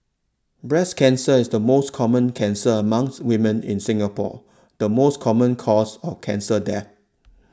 breast cancer is the most common cancer among women in Singapore the most common cause of cancer death